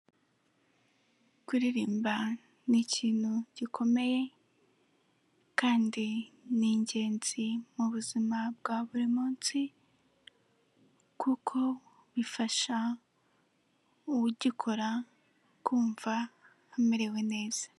Kuririmba ni ikintu gikomeye kandi ni ingenzi mu buzima bwa buri munsi kuko bifasha ugikora kumva amerewe neza.